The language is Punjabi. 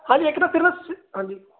ਹਾਂਜੀ ਇੱਕ ਤਾਂ ਸਿਰਫ ਹਾਂਜੀ